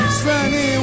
sunny